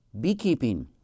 beekeeping